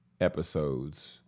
episodes